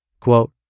Quote